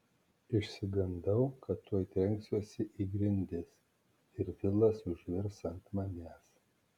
išsigandau kad tuoj trenksiuosi į grindis ir vilas užvirs ant manęs